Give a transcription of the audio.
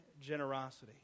generosity